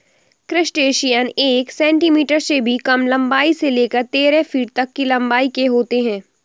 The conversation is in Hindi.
क्रस्टेशियन एक सेंटीमीटर से भी कम लंबाई से लेकर तेरह फीट तक की लंबाई के होते हैं